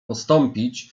postąpić